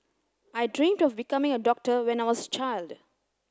I dream of becoming a doctor when I was a child